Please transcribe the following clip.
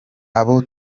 abo